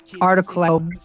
article